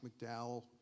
McDowell